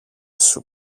σου